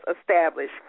established